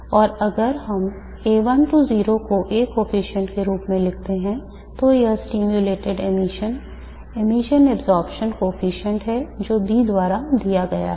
और अगर हम को A coefficient के रूप में लिखते हैं तो यह stimulated emission emission absorption coefficient है जो B द्वारा दिया गया है